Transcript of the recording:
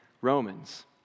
Romans